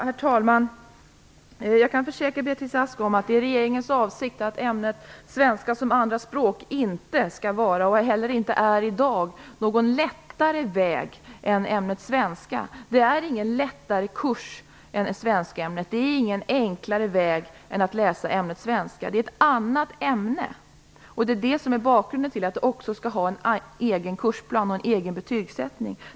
Herr talman! Jag kan försäkra Beatrice Ask att det är regeringens avsikt att ämnet svenska som andraspråk inte skall vara - och heller inte är i dag - någon lättare väg än ämnet svenska. Det är ingen lättare kurs än svenskämnet. Det är ingen enklare väg än att läsa ämnet svenska. Det är ett annat ämne. Det är det som är bakgrunden till att det också skall ha en egen kursplan och en egen betygssättning.